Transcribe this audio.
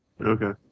Okay